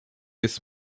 jest